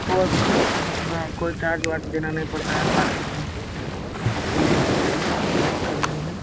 और हाँ वहाँ कोई चार्ज वार्ज देना नहीं पड़ता है पार्क में घूम सकते हैं आप सब फुल इंजॉय करिए कोई दिक्कत नहीं है